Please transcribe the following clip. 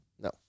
No